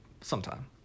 Sometime